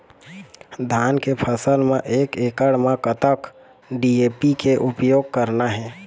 धान के फसल म एक एकड़ म कतक डी.ए.पी के उपयोग करना हे?